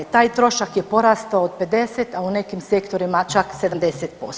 Taj trošak je porastao od 50, a u nekim sektorima čak 70%